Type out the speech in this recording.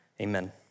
amen